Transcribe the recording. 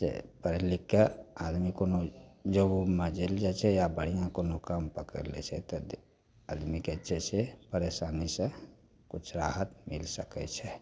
से पढ़ि लिखिके आदमी कोनो जॉब उबमे चलि जाइ छै या बढ़िआँ कोनो काम पकड़ि लै छै तऽ आदमीके जे छै से परेशानीसे किछु राहत मिलि सकै छै